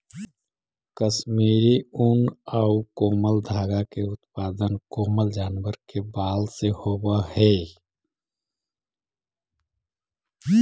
कश्मीरी ऊन आउ कोमल धागा के उत्पादन कोमल जानवर के बाल से होवऽ हइ